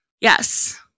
yes